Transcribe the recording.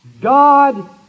God